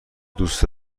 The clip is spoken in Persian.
دوست